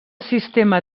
sistema